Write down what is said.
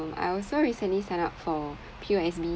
I also recently signed up for P_O_S_B